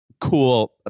cool